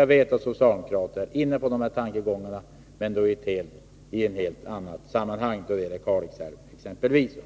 Jag vet att socialdemokrater är inne på dessa tankegångar, men då i ett helt annat sammanhang — exempelvis när det gäller Kalixälven.